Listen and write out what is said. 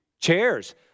chairs